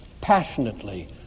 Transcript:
passionately